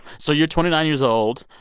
so you're twenty nine years old.